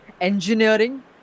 engineering